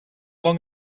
long